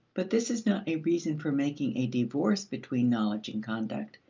but this is not a reason for making a divorce between knowledge and conduct,